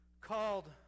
called